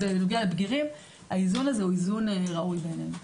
בבגירים האיזון הוא ראוי בעינינו.